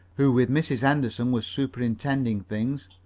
who with mrs. henderson was superintending things.